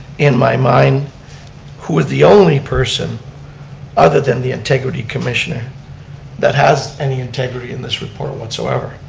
in my mind who was the only person other than the integrity commissioner that has any integrity in this report whatsoever.